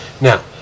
Now